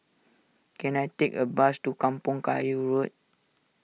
can I take a bus to Kampong Kayu Road